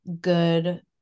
good